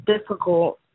difficult